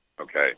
Okay